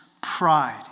pride